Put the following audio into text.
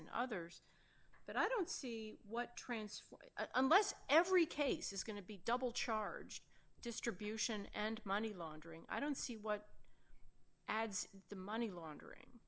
and others but i don't see what train unless every case is going to be double charged distribution and money laundering i don't see what adds the money laundering